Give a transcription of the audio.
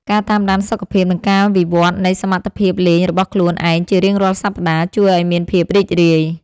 ការតាមដានសុខភាព និងការវិវត្តនៃសមត្ថភាពលេងរបស់ខ្លួនឯងជារៀងរាល់សប្តាហ៍ ជួយឱ្យមានភាពរីករាយ។